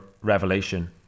revelation